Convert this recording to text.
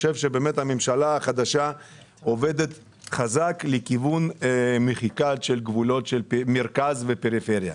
שהממשלה החדשה עובדת חזק לכיוון מחיקת הגבולות בין המרכז והפריפריה.